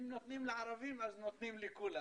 אם נותנים לערבים אז נותנים לכולם.